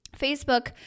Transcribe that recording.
Facebook